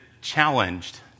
challenged